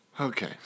Okay